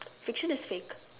fiction is fake